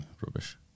rubbish